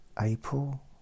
April